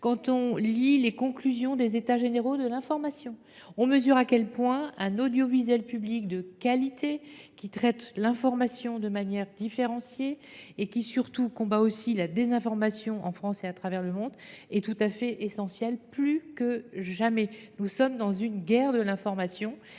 ou sur les conclusions des états généraux de l’information, on mesure à quel point un audiovisuel public de qualité qui traite l’information de manière différenciée et qui, surtout, combat la désinformation en France et à travers le monde est plus que jamais essentiel. Nous sommes dans une guerre de l’information.